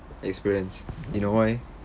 experience you know why